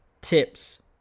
tips